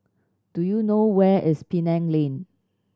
do you know where is Penang Lane